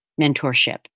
mentorship